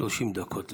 30 דקות לרשותך.